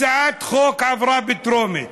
הצעת חוק עברה בטרומית,